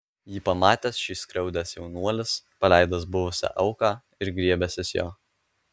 jį pamatęs šį skriaudęs jaunuolis paleidęs buvusią auką ir griebęsis jo